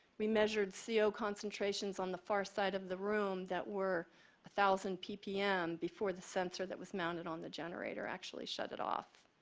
we mentioned co so concentrations on the far side of the room that were a thousand ppm before the sensor that was mounted on the generator actually shut it off.